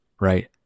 right